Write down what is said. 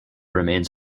remains